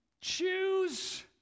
choose